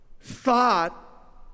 thought